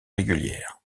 régulière